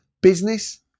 Business